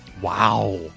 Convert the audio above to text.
Wow